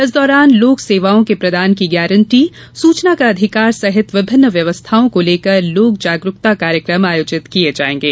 इस दौरान लोक सेवाओं के प्रदान की गारंटी सुचना का अधिकार सहित विभिन्न व्यवस्थाओं को लेकर लोक जागरूकता कार्यक्रम आयोजित किये जायेंगे